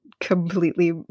completely